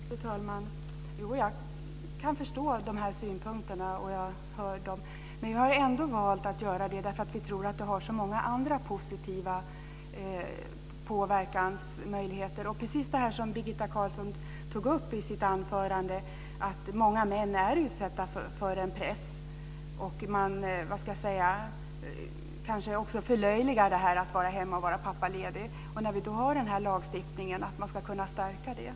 Fru talman! Jag kan förstå de här synpunkterna, och jag har hört dem tidigare. Vi har ändå valt att göra det här eftersom vi tror att det ger så många andra positiva påverkansmöjligheter. Precis som Birgitta Carlsson tog upp i sitt anförande är många män utsatta för en press. Man kanske också förlöjligar detta att gå hemma och vara pappaledig. När vi har den här lagstiftningen kan vi stärka detta.